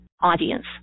audience